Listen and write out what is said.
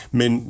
men